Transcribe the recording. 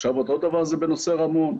אותו דבר זה בנושא רמון.